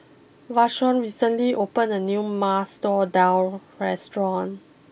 Vashon recently opened a new Masoor Dal restaurant